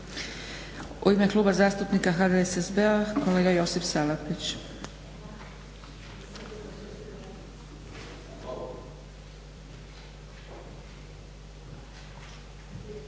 U ime Kluba zastupnika HDSSB-a kolega Josip Salapić.